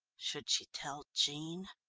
should she tell jean?